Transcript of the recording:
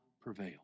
prevail